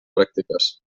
pràctiques